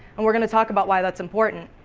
and we're going to talk about why that's important.